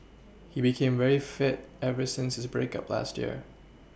he became very fit ever since his break up last year